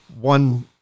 one